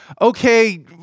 okay